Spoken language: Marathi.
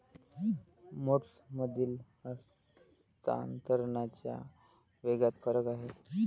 मोड्समधील हस्तांतरणाच्या वेगात फरक आहे